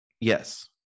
yes